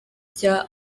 cya